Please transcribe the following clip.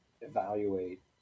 evaluate